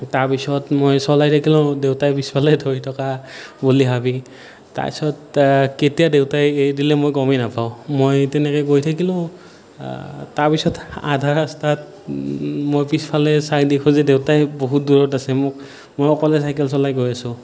তাৰপিছত মই চলাই থকিলোঁ দেউতাই পিছফালে ধৰি থকা বুলি ভাবি তাৰপিছত কেতিয়া দেউতাই এৰি দিলে মই গমেই নাপাওঁ মই তেনেকৈ গৈ থাকিলোঁ তাৰপিছত আধা ৰাস্তাত মই পিছফালে চাই দেখোঁ যে দেউতাই বহুত দূৰত আছে মোক মই অকলে চাইকেল চলাই গৈ আছোঁ